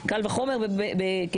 קל וחומר כשרים.